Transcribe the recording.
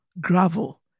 gravel